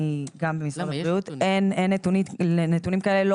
אין נתונים כאלו.